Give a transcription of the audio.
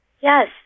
Yes